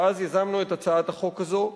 ואז יזמנו את הצעת החוק הזאת,